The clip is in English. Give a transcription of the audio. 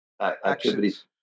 activities